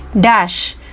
Dash